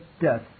death